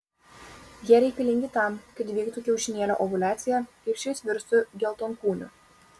jie reikalingi tam kad įvyktų kiaušinėlio ovuliacija ir šis virstų geltonkūniu